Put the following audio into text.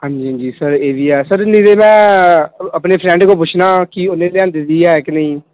ਹਾਂਜੀ ਹਾਂਜੀ ਸਰ ਇਹ ਵੀ ਹੈ ਸਰ ਨਹੀਂ ਤਾਂ ਮੈਂ ਆਪਣੇ ਫਰੈਂਡ ਕੋਲੋਂ ਪੁੱਛਦਾ ਕਿ ਉਹਨੇ ਲਿਆਂਦੀ ਵੀ ਹੈ ਕਿ ਨਹੀਂ